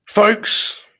Folks